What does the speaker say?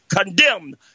condemned